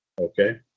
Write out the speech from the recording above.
Okay